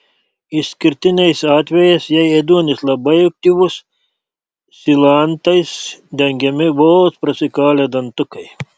išskirtiniais atvejais jei ėduonis labai aktyvus silantais dengiami vos prasikalę dantukai